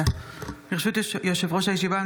ברשות יושב-ראש הישיבה,